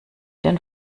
den